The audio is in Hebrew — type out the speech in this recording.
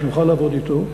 שנוכל לעבוד אתו,